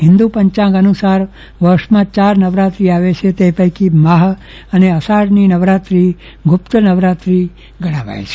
હિન્દ્ર પંચાગ અનુસાર વર્ષમાં ચાર નવરાત્રી આવે છે તે પૈકી માહ અને અષાઢની નવરાત્રી ગ્રપ્ત નવરાત્રી ગણાવાય છે